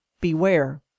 beware